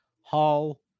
Hall